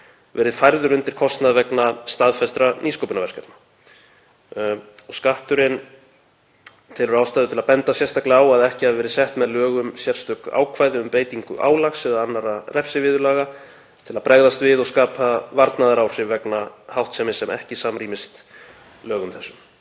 verið færður undir kostnað vegna staðfestra nýsköpunarverkefna. Skatturinn telur ástæðu til að benda sérstaklega á að ekki hafa verið sett með lögum sérstök ákvæði um beitingu álags eða annarra refsiviðurlaga til að bregðast við og skapa varnaðaráhrif vegna háttsemi sem ekki samrýmist lögum þessum.